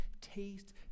taste